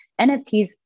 nfts